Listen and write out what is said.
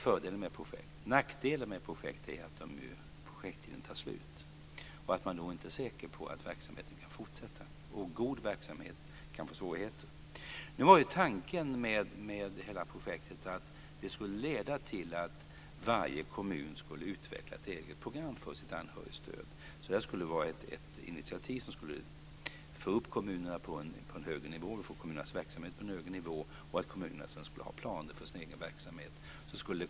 Nackdelen med projekt är att projekttiden tar slut och att man inte är säker på att verksamheten kan fortsätta. God verksamhet kan få svårigheter. Tanken med hela projektet var att det skulle leda till att varje kommun skulle utveckla ett eget program för anhörigstödet. Det skulle vara ett initiativ för att få upp kommunernas verksamhet på en högre nivå och för att kommunerna sedan skulle utarbeta planer för sin egen verksamhet.